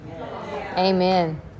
Amen